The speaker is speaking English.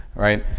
right?